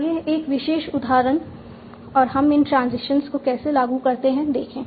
आइए एक विशेष उदाहरण और हम इन ट्रांजिशंस को कैसे लागू करते हैं देखें